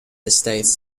estates